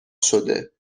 شده